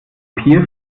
pier